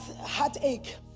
heartache